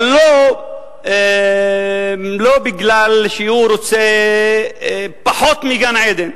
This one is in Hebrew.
אבל לא מפני שהוא רוצה פחות מגן-עדן.